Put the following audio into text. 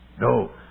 no